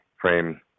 frame